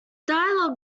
dialogue